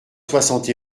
soixante